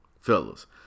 Fellas